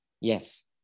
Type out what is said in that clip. Yes